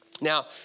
Now